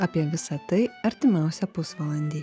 apie visa tai artimiausią pusvalandį